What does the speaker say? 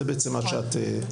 זה בעצם מה שאת אומרת.